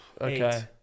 Okay